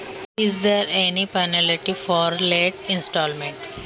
हप्ता थकल्यास काही दंड आकारला जातो का?